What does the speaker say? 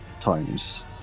times